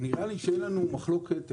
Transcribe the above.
שאין לנו מחלוקת עקרונית,